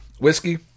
Whiskey